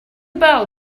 bell